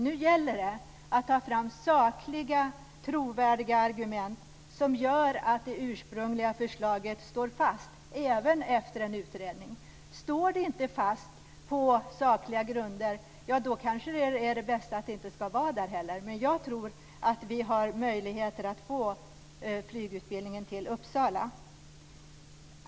Nu gäller det att ta fram sakliga, trovärdiga argument som gör att det ursprungliga förslaget står fast, även efter en utredning. Står det inte fast på sakliga grunder, ja, då kanske det är bäst att flygutbildningen inte förläggs där. Men jag tror att vi har möjligheter att få flygutbildningen till Uppsala.